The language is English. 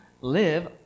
live